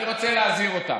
אני רוצה להזהיר אותם.